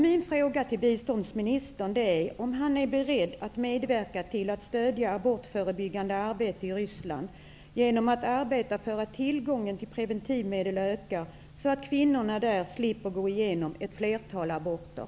Min fråga till biståndsministern är om han är beredd att medverka till att stödja abortförebyggande arbete i Ryssland, så att tillgången på preventivmedel ökar och kvinnorna där slipper gå igenom ett flertal aborter.